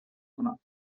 کنم